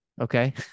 Okay